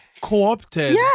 co-opted